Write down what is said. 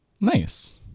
nice